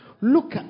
Look